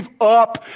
up